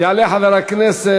יעלה חבר הכנסת